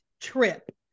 trip